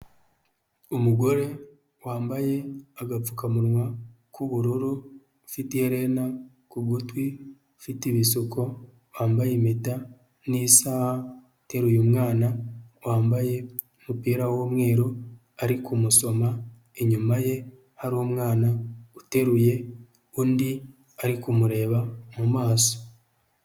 Umugore wambaye agapfukamunwa k'ubururu, ufite iherena ku gutwi, ufite ibisuko wambaye impeta n'isaha, ateruye umwana wambaye umupira w'umweru ari kumusoma, inyuma ye hari umwana uteruye undi ari kumureba mu maso.